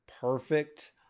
perfect